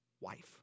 wife